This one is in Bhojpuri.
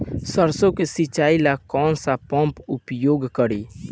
सरसो के सिंचाई ला कौन सा पंप उपयोग करी?